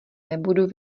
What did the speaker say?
nebudu